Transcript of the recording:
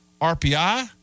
RPI